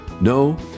No